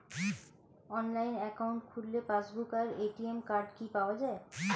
Online account খুললে passbook আর ATM card কি পাওয়া যায়?